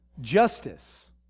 justice